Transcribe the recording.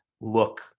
look